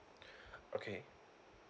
okay